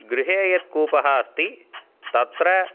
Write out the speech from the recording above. गृहे यत्कूपः अस्ति तत्र